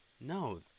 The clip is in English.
No